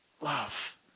love